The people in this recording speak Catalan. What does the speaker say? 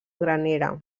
granera